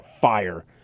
fire